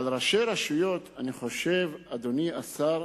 על ראשי רשויות, אני חושב, אדוני השר,